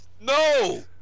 No